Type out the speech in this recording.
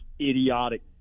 idiotic